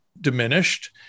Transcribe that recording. diminished